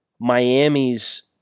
Miami's